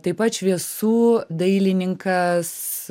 taip pat šviesų dailininkas